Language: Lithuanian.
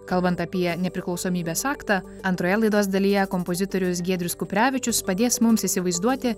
kalbant apie nepriklausomybės aktą antroje laidos dalyje kompozitorius giedrius kuprevičius padės mums įsivaizduoti